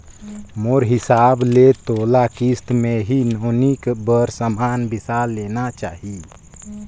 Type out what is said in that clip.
मोर हिसाब ले तोला किस्ती मे ही नोनी बर समान बिसा लेना चाही